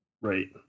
Right